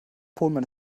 pohlmann